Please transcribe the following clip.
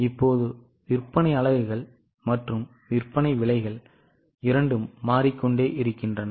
இப்போது விற்பனை அலகுகள் மற்றும் விற்பனை விலைகள் இரண்டும் மாறிக்கொண்டே இருக்கின்றன